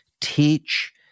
teach